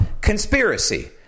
conspiracy